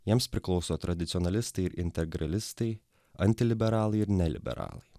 jiems priklauso tradicionalistai ir integralistai antiliberalai ir neliberalai